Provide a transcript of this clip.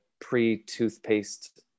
pre-toothpaste